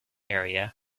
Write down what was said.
area